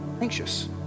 anxious